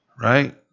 right